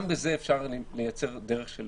גם בזה אפשר לייצר דרך של